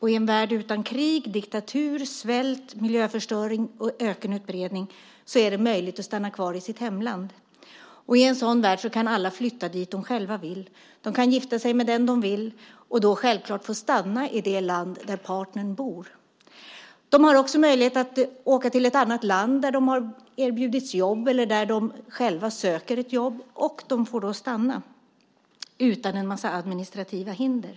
I en värld utan krig, diktatur, svält, miljöförstöring och ökenutbredning är det möjligt att stanna kvar i sitt hemland. I en sådan värld kan alla flytta dit de själva vill. De kan gifta sig med den de vill och då självklart få stanna i det land där partnern bor. De har också möjlighet att åka till ett annat land där de har erbjudits jobb eller där de själva söker ett jobb - och de får stanna utan en massa administrativa hinder.